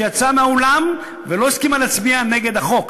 שיצאה מהאולם ולא הסכימה להצביע נגד החוק,